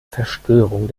verstörung